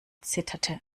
zitterte